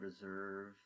reserve